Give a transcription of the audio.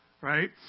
Right